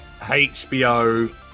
hbo